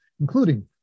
including